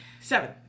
Seven